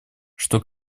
что